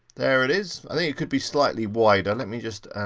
there it is. i think it could be slightly wider. let me just